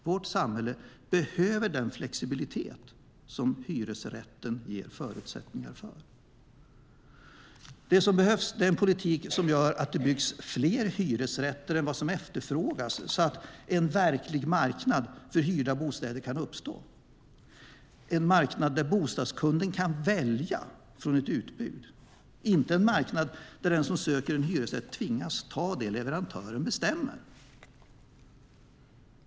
Vårt samhälle behöver den flexibilitet som hyresrätten ger förutsättningar för. Det som behövs är en politik som gör att det byggs fler hyresrätter än vad som efterfrågas så att en verklig marknad för hyrda bostäder kan uppstå, en marknad där bostadskunden kan välja från ett utbud, inte en marknad där den som söker en hyresrätt tvingas ta det som leverantören bestämmer.